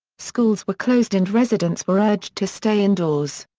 schools were closed and residents were urged to stay indoors.